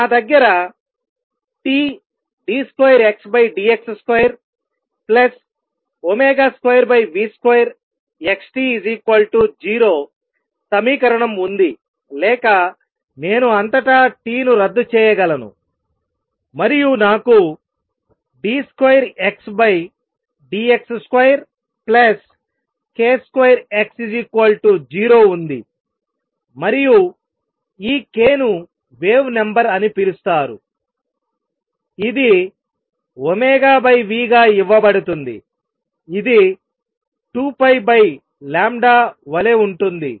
నా దగ్గర Td2Xdx22v2XT0సమీకరణం ఉంది లేక నేను అంతటా T ను రద్దు చేయగలను మరియు నాకు d2Xdx2k2X0 ఉంది మరియు ఈ k ను వేవ్ నంబర్ అని పిలుస్తారు ఇది v గా ఇవ్వబడుతుంది ఇది 2π వలె ఉంటుంది